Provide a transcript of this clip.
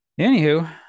anywho